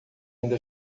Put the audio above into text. ainda